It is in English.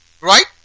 Right